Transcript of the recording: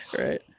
Right